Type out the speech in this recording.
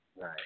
Right